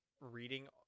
reading